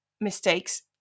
mistakes